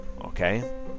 Okay